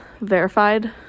verified